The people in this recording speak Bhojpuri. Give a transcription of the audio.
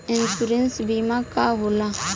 इन्शुरन्स बीमा का होला?